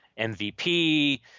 MVP